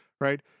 right